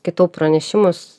kitų pranešimus